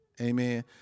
Amen